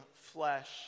flesh